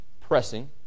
pressing